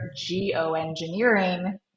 geoengineering